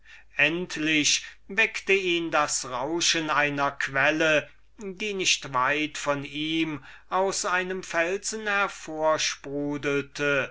endlich weckte ihn doch das rauschen einer quelle die nicht weit von ihm aus einem felsen